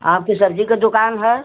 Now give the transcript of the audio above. आपके सब्जी के दुकान है